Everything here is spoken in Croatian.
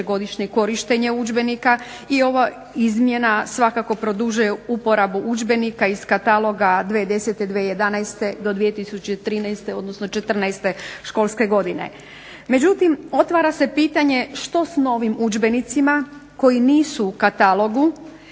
višegodišnje korištenje udžbenika i ova izmjena svakako produžuje uporabu udžbenika iz kataloga 2010./2011. do 2013. odnosno 2014. školske godine. Međutim, otvara se pitanje što s novim udžbenicima koji nisu u katalogu,